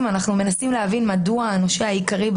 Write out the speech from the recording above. אין אסיפה.